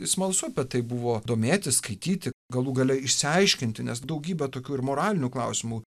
smalsu apie tai buvo domėtis skaityti galų gale išsiaiškinti nes daugybė tokių ir moralinių klausimų